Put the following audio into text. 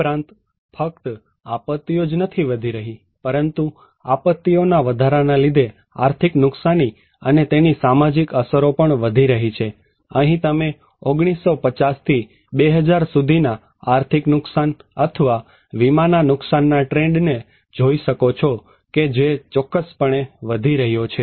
ઉપરાંત ફક્ત આપત્તિઓ જ નથી વધી રહી પરંતુ આપત્તિઓના વધારાના લીધે આર્થિક નુકસાની અને તેની સામાજિક અસરો પણ વધી રહી છે અહીં તમે 1950 થી 2000 સુધીના આર્થિક નુકસાન અથવા વિમાના નુકસાનના ટ્રેન્ડ ને જોઈ શકો છો કેજે ચોક્કસપણે વધી રહ્યો છે